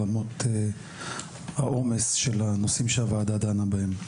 למרות עומס הנושאים שהוועדה דנה בהם.